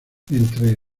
entre